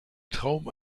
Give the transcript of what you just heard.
traum